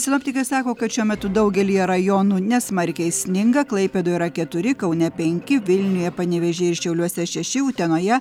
sinoptikai sako kad šiuo metu daugelyje rajonų nesmarkiai sninga klaipėdoje yra keturi kaune penki vilniuje panevėžyje ir šiauliuose šeši utenoje